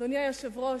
אדוני היושב-ראש,